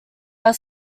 are